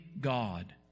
God